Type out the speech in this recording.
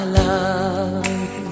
love